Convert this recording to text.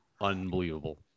unbelievable